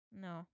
No